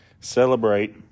celebrate